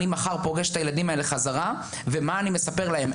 אני מחר פוגש את הילדים האלה חזרה ומה אני מספר להם?